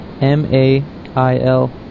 M-A-I-L